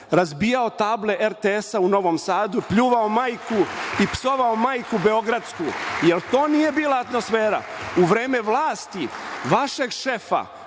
razbijao table RTS u Novom Sadu, pljuvao majku i psovao majku beogradsku? Jel to nije bila atmosfera? U vreme vlasti vašeg šefa